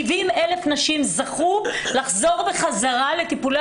70,000 נשים זכו לחזור בחזרה לטיפולי